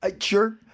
Sure